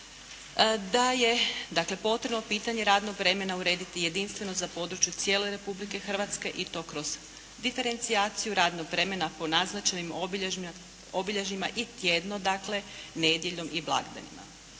dakle potrebno pitanje radnog vremena urediti jedinstveno za područje cijele Republike Hrvatske i to kroz diferencijaciju radnog vremena po naznačenim obilježjima i tjedno, dakle nedjeljom i blagdanima.